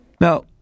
Now